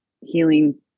healing